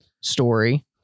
story